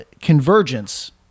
convergence